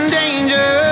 danger